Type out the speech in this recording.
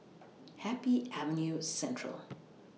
Happy Avenue Central